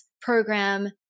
program